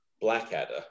Blackadder